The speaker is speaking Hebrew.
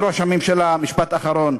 אדוני ראש הממשלה, משפט אחרון,